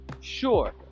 sure